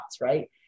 right